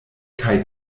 kaj